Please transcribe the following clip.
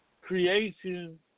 creation